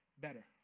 better